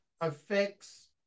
affects